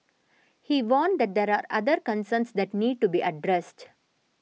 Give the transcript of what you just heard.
he warned that there are other concerns that need to be addressed